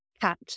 cat